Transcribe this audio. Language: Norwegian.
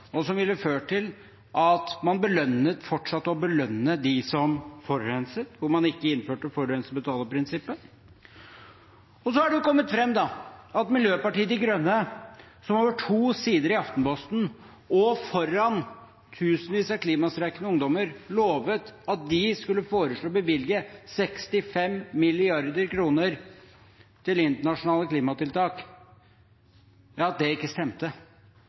og som ville ført til at man fortsatte å belønne dem som forurenset, og ikke innførte forurenser-betaler-prinsippet. Så er det kommet fram at det ikke stemte da Miljøpartiet De Grønne over to sider i Aftenposten og foran tusenvis av klimastreikende ungdommer lovet at de skulle foreslå å bevilge 65 mrd. kr til internasjonale klimatiltak. De valgte aktivt ikke